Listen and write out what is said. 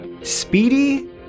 Speedy